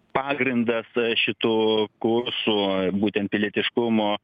pagrindas šitų kursų būtent pilietiškumo